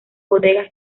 bodega